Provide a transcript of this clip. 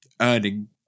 earning